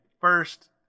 first